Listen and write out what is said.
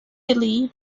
billy